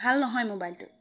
ভাল নহয় মোবাইলটো